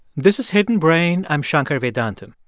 this is hidden brain. i'm shankar vedantam.